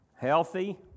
Healthy